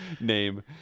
name